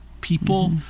people